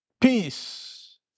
Peace